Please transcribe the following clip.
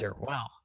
Wow